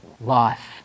life